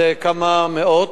זה כמה מאות.